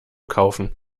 kaufen